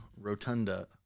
Rotunda